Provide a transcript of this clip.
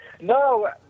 No